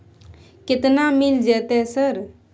केतना मिल जेतै सर?